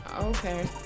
Okay